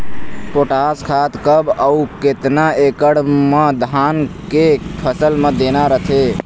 Potash खाद कब अऊ केतना एकड़ मे धान के फसल मे देना रथे?